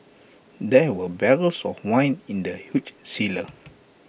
there were barrels of wine in the huge cellar